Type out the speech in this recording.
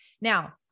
Now